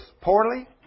poorly